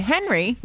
Henry